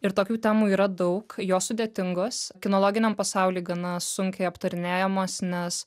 ir tokių temų yra daug jos sudėtingos kinologiniam pasauly gana sunkiai aptarinėjamos nes